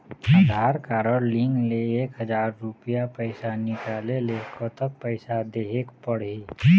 आधार card link ले एक हजार रुपया पैसा निकाले ले कतक पैसा देहेक पड़ही?